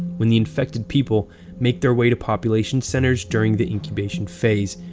when the infected people make their way to population centers during the incubation phase,